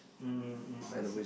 mm I see